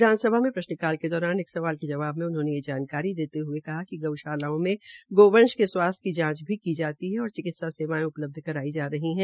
विधानसभा में प्रश्न काल के दौरान एक सवाल के जवाब मे उन्होंने ये जानकारी देते हये कहा कि गऊशाला में गोवंश के स्वास्थ्य की जांच भी की जाती है और चिकिता सेवायें उपलब्ध कराई जा रही है